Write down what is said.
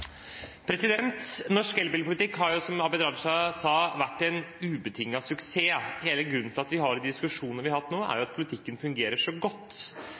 samferdselsministeren. Norsk elbilpolitikk har, som Abid Q. Raja sa, vært en ubetinget suksess. Hele grunnen til at vi har de diskusjonene vi har hatt nå, er at politikken fungerer så godt.